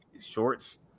shorts